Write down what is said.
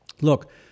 Look